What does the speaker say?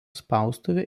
spaustuvė